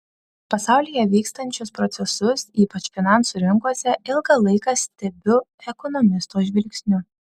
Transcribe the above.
pasaulyje vykstančius procesus ypač finansų rinkose ilgą laiką stebiu ekonomisto žvilgsniu